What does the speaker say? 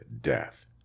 death